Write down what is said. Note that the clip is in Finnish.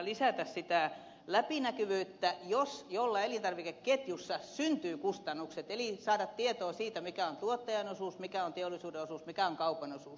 lisätään sitä läpinäkyvyyttä jolla elintarvikeketjussa syntyy kustannukset eli saadaan tietoa siitä mikä on tuottajan osuus mikä on teollisuuden osuus mikä on kaupan osuus